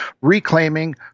reclaiming